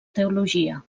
teologia